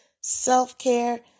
self-care